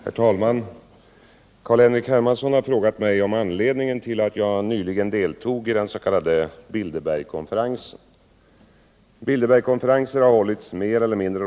Herr talman! Carl-Henrik Hermansson har frågat mig om anledningen till att jag nyligen deltog i den s.k. Bilderbergkonferensen.